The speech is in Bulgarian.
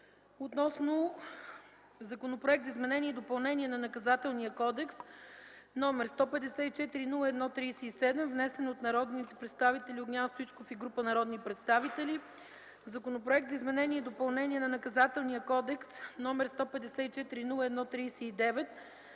относно Законопроект за изменение и допълнение на Наказателния кодекс, № 154-01-37, внесен от народните представители Огнян Стоичков и група народни представители; Законопроект за изменение и допълнение на Наказателния кодекс, № 154-01-39,